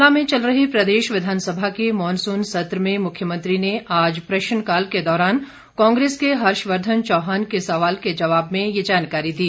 शिमला में चल रहे प्रदेश विधानसभा के मॉनसून सत्र में मुख्यमंत्री ने आज प्रश्नकाल के दौरान कांग्रेस के हर्षवर्धन चौहान के सवाल के जवाब में ये जानकारी दी